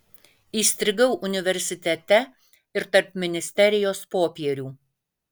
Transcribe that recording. įstrigau universitete ir tarp ministerijos popierių